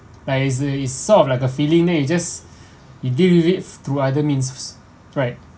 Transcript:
like is is sort of like a feeling then you just deal with it through other means right